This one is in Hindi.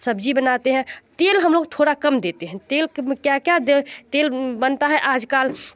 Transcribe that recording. सब्जी बनाते हैं तेल हम लोग थोड़ा कम देते हैं तेल के में क्या क्या दें तेल बनता है आजकल